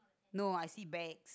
no I see bags